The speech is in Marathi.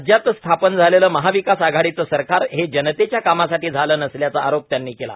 राज्यात स्थापन झालेलं महाविकास आघाडीचं सरकार हे जनतेच्या कामासाठी झालं नसल्याचा आरोप त्यांनी केला